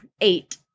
eight